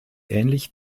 ähnlich